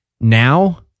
Now